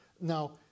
Now